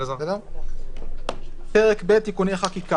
אני עובר לפרק ב' תיקוני חקיקה.